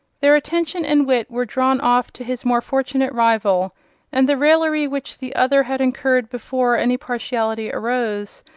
their attention and wit were drawn off to his more fortunate rival and the raillery which the other had incurred before any partiality arose,